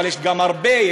אבל יש גם הרבה,